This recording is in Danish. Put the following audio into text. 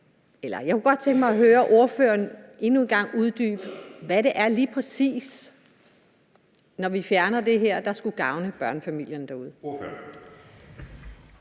jeg kunne godt tænke mig at høre ordføreren uddybe endnu en gang, hvad det lige præcis er, der skulle gavne børnefamilierne derude,